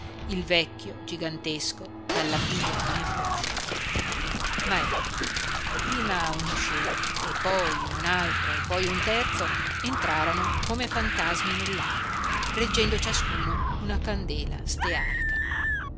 il vecchio gigantesco dalla pinguedine floscia ma ecco prima un usciere e poi un altro e poi un terzo entrarono come fantasmi nell'aula reggendo ciascuno una candela stearica